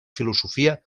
filosofia